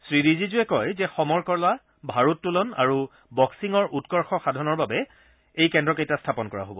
শ্ৰী ৰিজিজুৱে কয় যে সমৰকলা ভাৰোত্তোলন আৰু বক্সিঙৰ উৎকৰ্ষ সাধনৰ বাবে এই কেন্দ্ৰকেইটা স্থাপন কৰা হ'ব